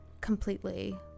Completely